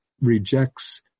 rejects